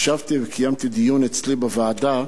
ישבתי וקיימתי דיון אצלי בוועדה,